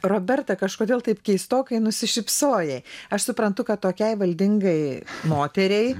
roberta kažkodėl taip keistokai nusišypsojai aš suprantu kad tokiai valdingai moteriai